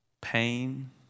pain